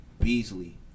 Beasley